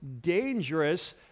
dangerous